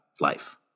life